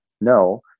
No